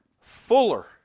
fuller